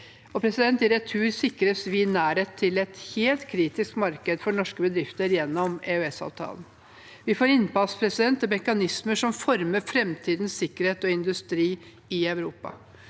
innen 2030. I retur sikres vi nærhet til et helt kritisk marked for norske bedrifter gjennom EØS-avtalen. Vi får innpass i mekanismer som former framtidens sikkerhet og industri i Europa.